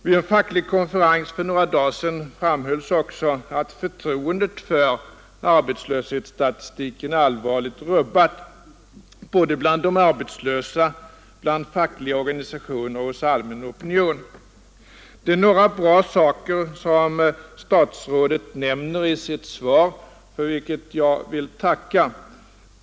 Vid en facklig konferens för några dagar sedan framhölls också att förtroendet för arbetslöshetsstatitiken allvarligt rubbats bland de arbetslösa, bland fackliga organisationer och hos allmänna opinionen. Det är några bra saker som statsrådet nämner i sitt svar, för vilket jag vill tacka.